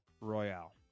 royale